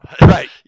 Right